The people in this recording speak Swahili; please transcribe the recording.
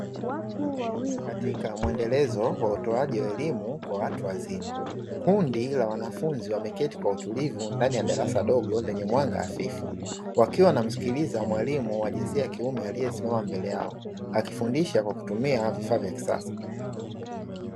Katika mwendelezo wa utoaji wa elimu kwa watu wazima, kundi la wanafunzi wameketi kwa utulivu ndani ya darasa dogo lenye mwanga hafifu, wakiwa wanamsikiliza mwalimu wa jinsia ya kiume aliyesimama mbele yao, akifundisha kwa kutumia vifaa vya kisasa.